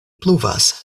pluvas